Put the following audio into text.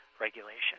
regulation